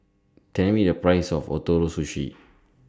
Tell Me The Price of Ootoro Sushi